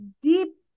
deep